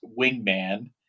wingman